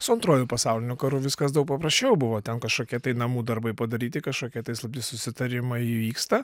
su antruoju pasauliniu karu viskas daug paprasčiau buvo ten kažkokie tai namų darbai padaryti kažkokie slapti susitarimai įvyksta